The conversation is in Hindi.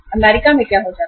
अमेरिका में क्या होता है